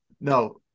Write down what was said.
No